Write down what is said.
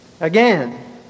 Again